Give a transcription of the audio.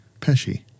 Pesci